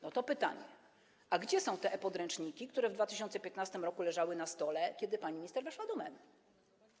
No to pytanie: A gdzie są te e-podręczniki, które w 2015 r. leżały na stole, kiedy pani minister weszła do MEN-u?